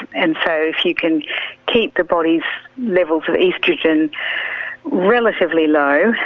and so if you can keep the body's levels of oestrogen relatively low,